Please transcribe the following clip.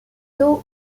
tôt